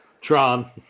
Tron